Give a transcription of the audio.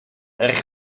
erg